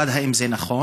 1. האם זה נכון?